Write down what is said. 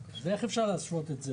איך אתה קובע שצריך את ההכשרה הזו?